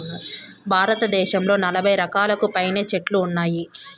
భారతదేశంలో నలబై రకాలకు పైనే చెట్లు ఉన్నాయి